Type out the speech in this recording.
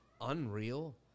Unreal